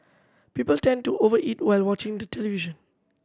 people tend to over eat while watching the television